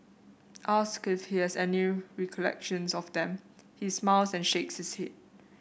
asked if he has any recollections of them he smiles and shakes his head